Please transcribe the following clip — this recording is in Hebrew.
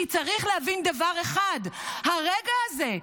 צריך להבין דבר אחד: הרגע הזה,